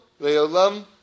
Leolam